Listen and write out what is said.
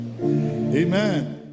Amen